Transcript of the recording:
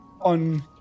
on